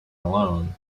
alone